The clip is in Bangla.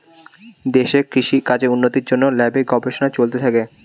দেশে কৃষি কাজের উন্নতির জন্যে ল্যাবে গবেষণা চলতে থাকে